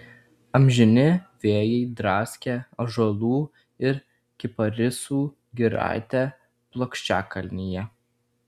amžini vėjai draskė ąžuolų ir kiparisų giraitę plokščiakalnyje